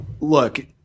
look